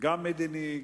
גם מדיני,